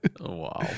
Wow